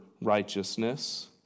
righteousness